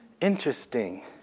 interesting